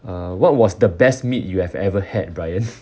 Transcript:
uh what was the best meat you have ever had brian